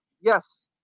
yes